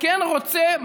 וכן רוצה,